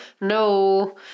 No